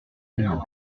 dumont